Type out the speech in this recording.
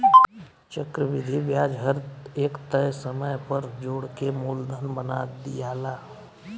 चक्रविधि ब्याज हर एक तय समय पर जोड़ के मूलधन बना दियाला